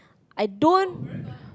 I don't